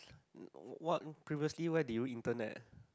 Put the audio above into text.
what previously where did you intern at